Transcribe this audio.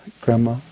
Grandma